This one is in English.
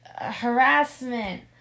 harassment